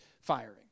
firing